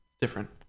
Different